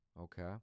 Okay